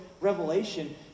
Revelation